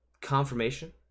confirmation